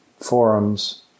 forums